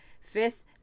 Fifth